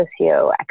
socioeconomic